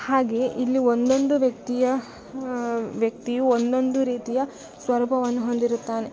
ಹಾಗೆಯೇ ಇಲ್ಲಿ ಒಂದೊಂದು ವ್ಯಕ್ತಿಯ ವ್ಯಕ್ತಿಯು ಒಂದೊಂದು ರೀತಿಯ ಸ್ವರೂಪವನ್ನು ಹೊಂದಿರುತ್ತಾನೆ